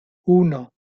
uno